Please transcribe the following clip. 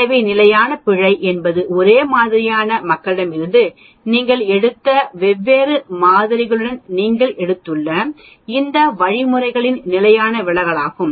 எனவே நிலையான பிழை என்பது ஒரே மாதிரியான மக்களிடமிருந்து நீங்கள் எடுத்த வெவ்வேறு மாதிரிகளுடன் நீங்கள் எடுத்துள்ள இந்த வழிமுறைகளின் நிலையான விலகலாகும்